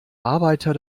arbeiter